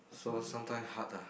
so sometime hard ah